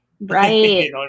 Right